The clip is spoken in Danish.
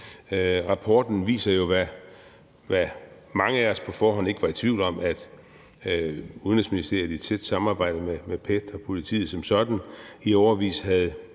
Rapporten viser jo, hvad mange af os på forhånd ikke var i tvivl om, nemlig at Udenrigsministeriet i tæt samarbejde med PET og politiet som sådan i årevis havde